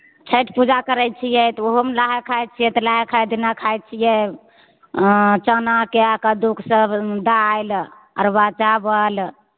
छठि पूजा करै छियै तऽ ओहोमे नहाय खाय छियै तऽ नहाय खाय दिना खाय छियै चनाके आ कद्दुके सब दालि अरबा चाबल